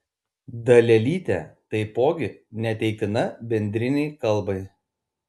dalelytė taipogi neteiktina bendrinei kalbai